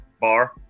bar